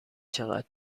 چقدر